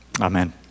Amen